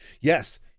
Yes